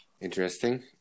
interesting